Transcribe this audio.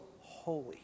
holy